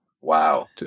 Wow